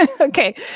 Okay